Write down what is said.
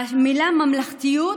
המילה "ממלכתיות"